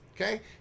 Okay